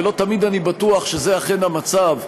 ולא תמיד אני בטוח שזה אכן המצב,